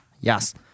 yes